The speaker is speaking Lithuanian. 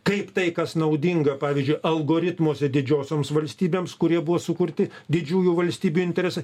kaip tai kas naudinga pavyzdžiui algoritmuose didžiosioms valstybėms kurie buvo sukurti didžiųjų valstybių interesai